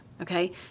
Okay